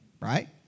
right